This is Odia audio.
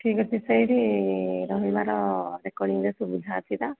ଠିକ୍ ଅଛି ସେଇଠି ରହିବାର ରେକର୍ଡିଂର ସୁବିଧା ଅଛି ତ